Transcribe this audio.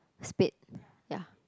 spade ya